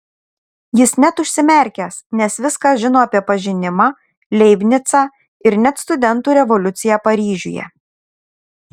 jis net užsimerkęs nes viską žino apie pažinimą leibnicą ir net studentų revoliuciją paryžiuje